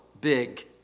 big